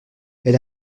elle